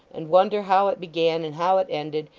and wonder how it began, and how it ended,